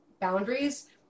boundaries